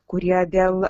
kurie dėl